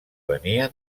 venien